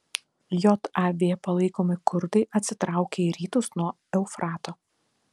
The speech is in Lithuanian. jav palaikomi kurdai atsitraukė į rytus nuo eufrato